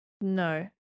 No